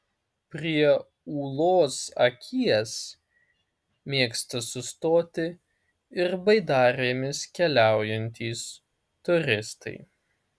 prie ūlos akies mėgsta sustoti ir baidarėmis keliaujantys turistai